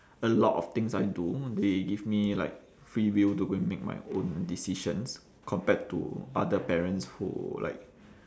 a lot of things I do they give me like free will to go and make my own decisions compared to other parents who like